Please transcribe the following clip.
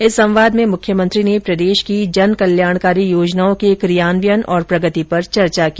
इस संवाद में मुख्यमंत्री ने प्रदेश की जनकल्याणकारी योजनाओं के ँकियान्वयन और प्रगति पर चर्चा की